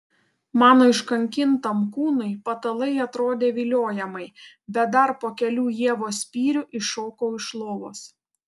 mano iškankintam kūnui patalai atrodė viliojamai bet dar po kelių ievos spyrių iššokau iš lovos